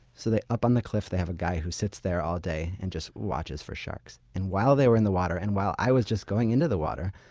so up on the cliff, they have a guy who sits there all day and just watches for sharks. and while they were in the water and while i was just going into the water,